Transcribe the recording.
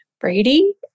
Brady